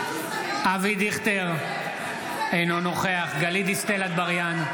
אבי דיכטר, אינו נוכח גלית דיסטל אטבריאן,